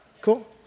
Cool